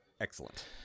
Excellent